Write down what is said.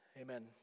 Amen